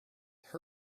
there